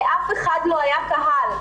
לאף אחד לא היה קהל.